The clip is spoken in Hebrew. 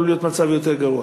עלול להיות מצב יותר גרוע.